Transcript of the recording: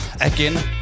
Again